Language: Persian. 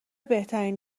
بهترین